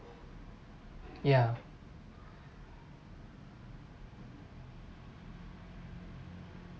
ya